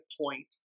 point